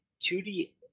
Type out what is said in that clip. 2D